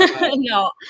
No